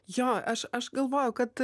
jo aš aš galvojau kad